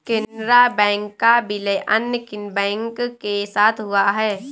Canara bank का विलय अन्य किन बैंक के साथ हुआ है?